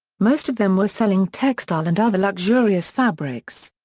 most of them were selling textile and other luxurious fabrics.